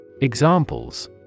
Examples